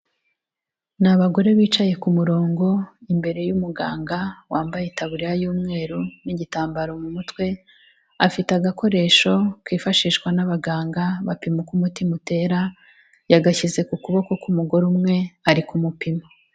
Ni abagore bicaye ku murongo imbere yumuganga wambaye itaburiya y'umweru, n'igitambaro mu mutwe, bafite agakoresho kifashishwa n'abaganga bapima uko umutima utera, yagashyize ku kuboko k'umugore umwe ari kumupima.